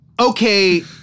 Okay